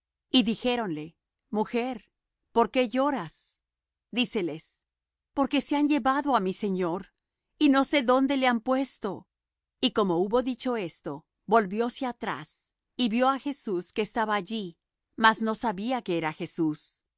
y dijéronle mujer por qué lloras díceles porque se han llevado á mi señor y no sé dónde le han puesto y como hubo dicho esto volvióse atrás y vió á jesús que estaba allí mas no sabía que era jesús